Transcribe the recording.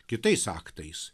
kitais aktais